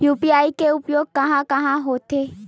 UPI के उपयोग कहां कहा होथे?